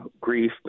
grief